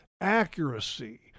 Accuracy